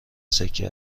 سکه